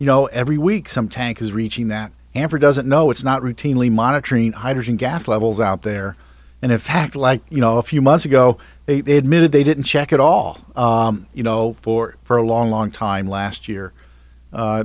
you know every week some tank is reaching that doesn't know it's not routinely monitoring hydrogen gas levels out there and in fact like you know a few months ago they they admitted they didn't check it all you know for for a long long time last year